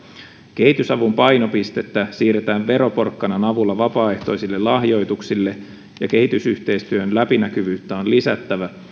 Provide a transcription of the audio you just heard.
kehitysavun painopistettä siirretään veroporkkanan avulla vapaaehtoisille lahjoituksille ja kehitysyhteistyön läpinäkyvyyttä on lisättävä